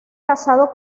casado